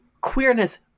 queerness